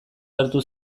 agertu